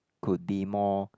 could be more